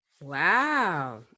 Wow